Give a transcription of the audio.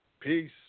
Peace